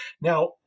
Now